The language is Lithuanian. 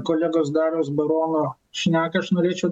kolegos dariaus barono šneką aš norėčiau